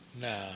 Nah